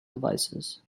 devices